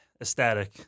Ecstatic